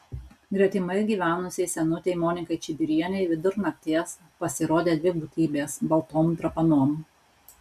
gretimai gyvenusiai senutei monikai čibirienei vidur nakties pasirodė dvi būtybės baltom drapanom